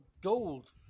gold